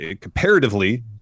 comparatively